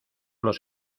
los